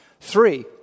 Three